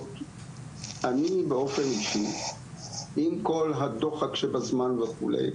אני באופן אישי עם כל הדוחק שבזמן וכו',